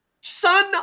Son